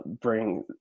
bring